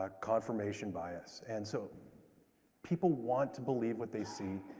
ah confirmation bias. and so people want to believe what they see.